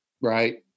right